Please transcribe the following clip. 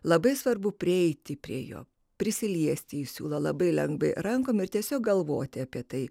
labai svarbu prieiti prie jo prisiliesti siūlo labai lengvai rankomis tiesiog galvoti apie tai